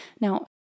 Now